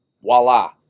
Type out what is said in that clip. Voila